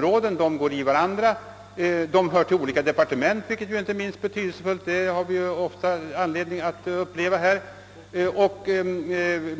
frågorna går i varandra. Frågorna hör också ofta till olika departement, vilket inte är minst betydelsefullt och en sak som vi ibland har anledning påtala här i riksdagen.